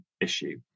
issue